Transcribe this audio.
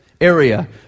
area